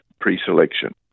pre-selection